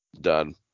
done